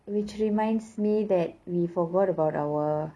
which reminds me that we forgot about our